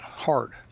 hard